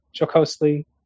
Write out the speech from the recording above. jocosely